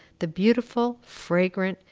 the beautiful, fragrant,